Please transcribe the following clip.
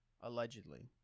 Allegedly